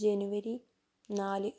ജനുവരി നാല്